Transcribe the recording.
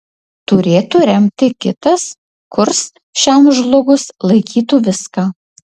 turėtų remti kitas kurs šiam žlugus laikytų viską